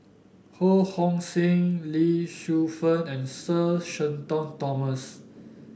Ho Hong Sing Lee Shu Fen and Sir Shenton Thomas